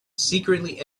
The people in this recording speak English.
secretly